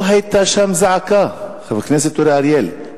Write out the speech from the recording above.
לא היתה שם זעקה, חבר הכנסת אורי אריאל.